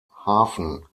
hafen